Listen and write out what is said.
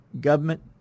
government